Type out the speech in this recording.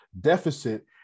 Deficit